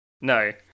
No